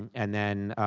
and then